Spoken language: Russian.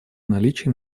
наличии